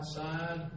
outside